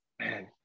man